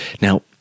Now